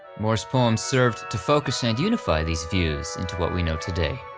moore's poem served to focus and unify these views into what we know today.